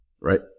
right